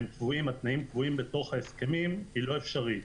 כשהתנאים קבועים בהסכמים, הוא לא אפשרי.